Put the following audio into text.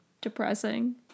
depressing